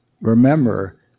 remember